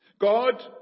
God